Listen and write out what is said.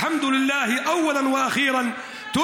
תודה לאל, בראש ובראשונה, ) זה אותו דבר.